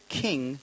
king